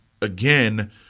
again